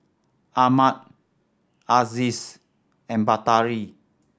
Ahmad Aziz and Batari